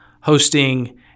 hosting